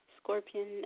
Scorpion